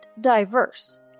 diverse